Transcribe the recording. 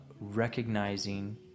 recognizing